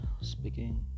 speaking